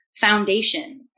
foundation